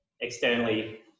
externally